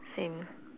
same